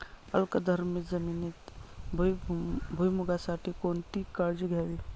अल्कधर्मी जमिनीत भुईमूगासाठी कोणती काळजी घ्यावी?